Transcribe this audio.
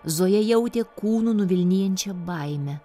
zoja jautė kūnu nuvilnijančią baimę